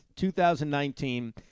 2019